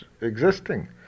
existing